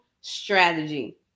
strategy